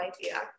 idea